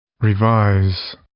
revise